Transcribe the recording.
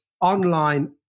online